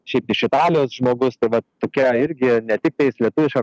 šiaip iš italijos žmogus tai va tokia irgi ne tiktais lietuviška